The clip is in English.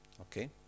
Okay